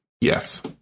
Yes